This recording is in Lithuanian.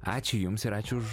ačiū jums ir ačiū už